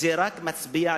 זה רק מצביע,